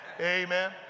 Amen